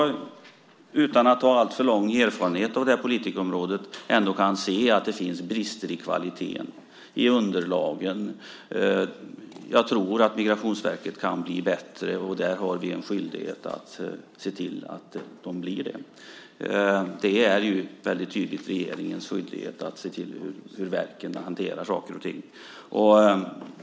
Utan att ha alltför lång erfarenhet av det här politikområdet kan jag ändå se att det finns brister i kvaliteten, i underlagen. Jag tror att Migrationsverket kan bli bättre. Vi har en skyldighet att se till att det blir det. Det är väldigt tydligt regeringens skyldighet att se till hur verken hanterar saker och ting.